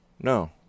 no